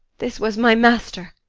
this was my master,